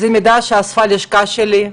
זה מידע שאספה הלשכה שלי,